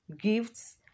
gifts